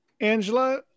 angela